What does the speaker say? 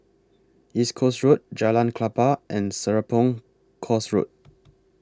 East Coast Road Jalan Klapa and Serapong Course Road